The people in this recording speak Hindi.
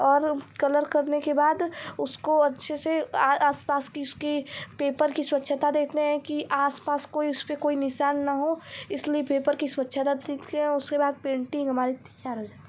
और कलर करने के बाद उसको अच्छे से आसपास की पेपर की स्वच्छता देखते हैं कि आसपास कोई उस पर कोई निशान न हो इसलिए पेपर की स्वच्छता देखते हैं उसके बाद पेंटिंग हमारी तैयार हो जाती है